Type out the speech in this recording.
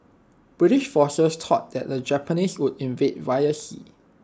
British forces thought that the Japanese would invade via sea